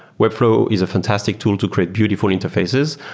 webflow is a fantastic tool to create beautiful interfaces.